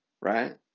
right